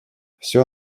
все